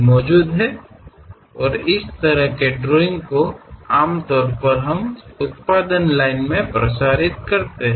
ಮತ್ತು ಆ ರೀತಿಯ ರೇಖಾಚಿತ್ರಗಳು ಸಾಮಾನ್ಯವಾಗಿ ನಾವು ಈ ಉತ್ಪಾದನಾ ರೇಖೆಯಲ್ಲಿ ಸಂಚರಿಸುತ್ತವೆ